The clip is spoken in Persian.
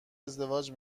ازدواج